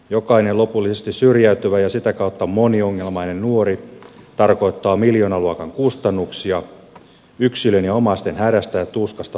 jokainen lopullisesti syrjäytyvä ja sitä kautta moniongelmainen nuori tarkoittaa miljoonaluokan kustannuksia yksilön ja omaisten hädästä ja tuskasta puhumattakaan